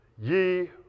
ye